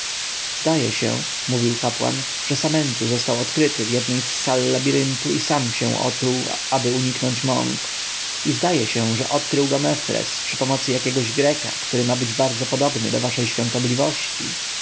zdaje się mówił kapłan że samentu został odkryty w jednej z sal labiryntu i sam się otruł aby uniknąć mąk i zdaje się że odkrył go mefres przy pomocy jakiegoś greka który ma być bardzo podobny do waszej świątobliwości